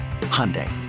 Hyundai